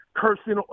Cursing